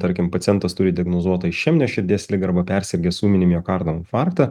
tarkim pacientas turi diagnozuotą išeminę širdies ligą arba persirgęs ūminį miokardo infarktą